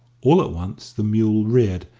all at once the mule reared,